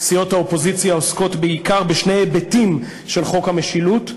סיעות האופוזיציה עוסקות בעיקר בשני היבטים של חוק המשילות: